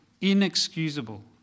inexcusable